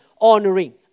honoring